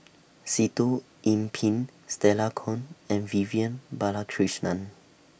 Sitoh Yih Pin Stella Kon and Vivian Balakrishnan